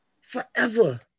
Forever